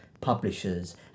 publisher's